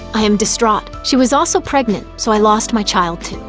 i am distraught. she was also pregnant, so i lost my child too.